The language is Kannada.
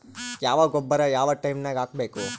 ಯಾವ ಗೊಬ್ಬರ ಯಾವ ಟೈಮ್ ನಾಗ ಹಾಕಬೇಕು?